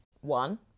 One